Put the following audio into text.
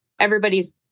everybody's